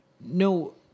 no